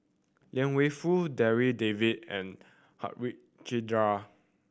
Liang Wenfu Darryl David and Harichandra